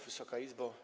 Wysoka Izbo!